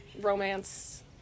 romance